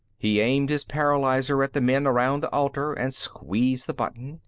he aimed his paralyzer at the men around the altar and squeezed the button,